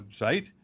website